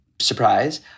surprise